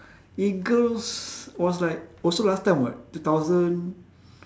eagles was like also last time [what] two thousand